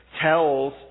tells